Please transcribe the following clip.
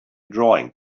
drawing